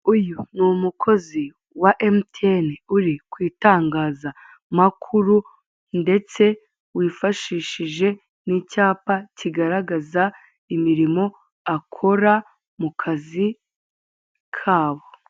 Uyu ni umukozi wa MTN uri ku itangazamakuru ndetse wifashishije n'icyapa kigaragaza imirimo akora mu kazi kabo.